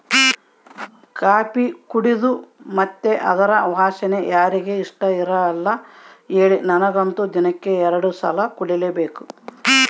coffee ಕುಡೇದು ಮತ್ತೆ ಅದರ ವಾಸನೆ ಯಾರಿಗೆ ಇಷ್ಟಇರಲ್ಲ ಹೇಳಿ ನನಗಂತೂ ದಿನಕ್ಕ ಎರಡು ಸಲ ಕುಡಿಲೇಬೇಕು